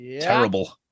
Terrible